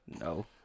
No